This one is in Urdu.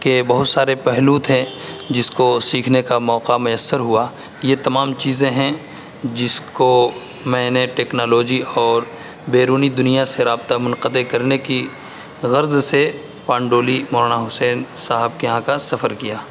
کے بہت سارے پہلو تھیں جس کو سیکھنے کا موقع میسر ہوا یہ تمام چیزیں ہیں جس کو میں نے ٹیکنالوجی اور بیرونی دنیا سے رابطہ منقطع کرنے کی غرض سے پانڈولی مولانا حسین صاحب کے یہاں کا سفر کیا